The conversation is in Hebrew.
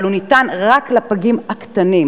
ניתן רק לפגים הקטנים,